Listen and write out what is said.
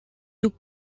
took